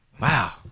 Wow